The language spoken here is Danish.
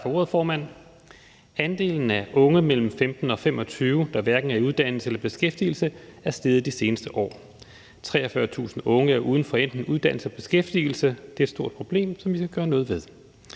Andelen af unge mellem 15 og 25 år, der hverken er i uddannelse eller beskæftigelse, er steget de seneste år. 43.000 unge er uden for enten uddannelse eller beskæftigelse, og det er et stort problem, som vi skal gøre noget ved.